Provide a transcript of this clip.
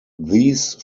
these